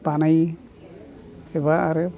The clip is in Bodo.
बानायो एबा आरो